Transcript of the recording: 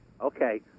Okay